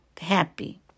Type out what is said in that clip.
happy